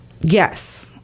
Yes